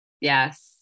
Yes